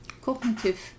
cognitive